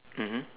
mmhmm